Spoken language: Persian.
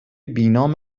بینام